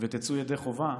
ותצאו ידי חובה,